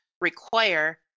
require